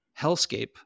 hellscape